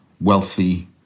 wealthy